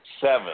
Seven